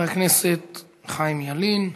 חבר הכנסת חיים ילין.